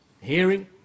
hearing